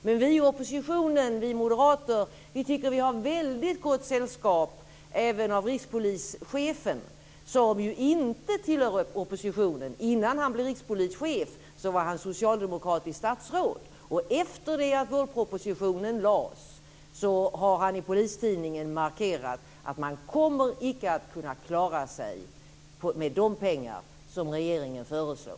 Men vi Moderater tycker att vi har gott sällskap av rikspolischefen, som ju inte tillhör oppositionen. Innan han var rikspolischef var han socialdemokratiskt statsråd. Efter det att vårpropositionen lades har han i Polistidningen markerat att man inte kommer att kunna klara sig med de pengar som regeringen föreslår.